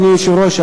אדוני היושב-ראש,